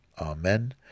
Amen